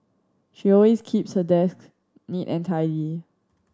she always keeps her desks neat and tidy